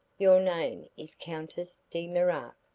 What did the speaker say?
your name is countess de mirac,